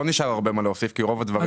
לא נשאר הרבה מה להוסיף, כי רוב הדברים נאמרו.